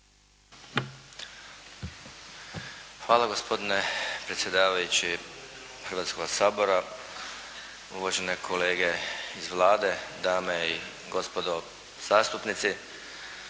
Hvala gospodine predsjedavajući Hrvatskoga sabora, uvažene kolege iz Vlade, dame i gospodo zastupnici.